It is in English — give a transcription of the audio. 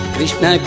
Krishna